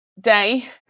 day